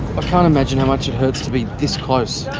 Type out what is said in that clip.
can't imagine how much it hurts to be this close.